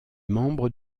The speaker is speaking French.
membres